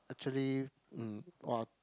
actually mm orh